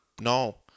No